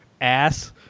ass